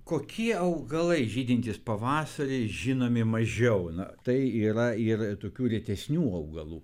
kokie augalai žydintys pavasarį žinomi mažiau na tai yra ir tokių retesnių augalų